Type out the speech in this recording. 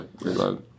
reload